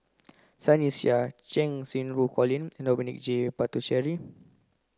Sunny Sia Cheng Xinru Colin and Dominic J Puthucheary